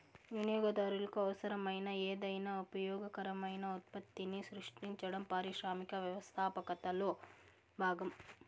వినియోగదారులకు అవసరమైన ఏదైనా ఉపయోగకరమైన ఉత్పత్తిని సృష్టించడం పారిశ్రామిక వ్యవస్థాపకతలో భాగం